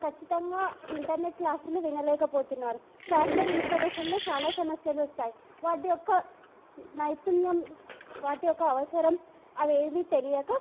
ఖచ్చితంగా ఇంటర్నెట్ క్లాసులు వినలేకపోతున్నారు సాఫ్ట్వేర్ ఇన్స్టాలేషన్లో చాలా సమస్యలు వస్తాయి వాటి యొక్క నైపుణ్యం వాటి యొక్క అవసరం అవేవి తెలియక